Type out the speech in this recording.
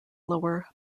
lower